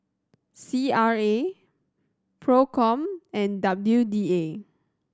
C R A Procom and W D A